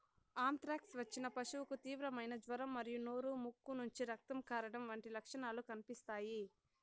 anthrax వచ్చిన పశువుకు తీవ్రమైన జ్వరం మరియు నోరు, ముక్కు నుంచి రక్తం కారడం వంటి లక్షణాలు కనిపిస్తాయి